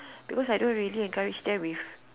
because I don't really encourage them with